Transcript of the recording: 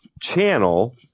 channel